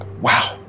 Wow